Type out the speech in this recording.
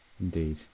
Indeed